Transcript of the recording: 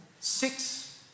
Six